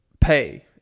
pay